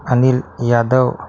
Anil Yadav